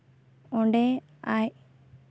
ᱚᱸᱰᱮ ᱟᱡ